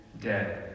dead